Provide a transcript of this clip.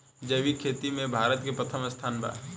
जैविक खेती में भारत के प्रथम स्थान बा